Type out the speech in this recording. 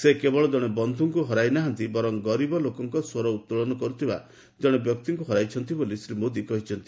ସେ କେବଳ ଜଣେ ବନ୍ଧୁଙ୍କୁ ହରାଇ ନାହାନ୍ତି ବର୍ଚ୍ଚ ଗରିବ ଲୋକଙ୍କ ସ୍ପର ଉତ୍ତୋଳନ କରୁଥିବା ଜଣେ ବ୍ୟକ୍ତିଙ୍କୁ ହରାଇଛନ୍ତି ବୋଲି ଶ୍ରୀ ମୋଦୀ କହିଛନ୍ତି